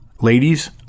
Ladies